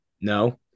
No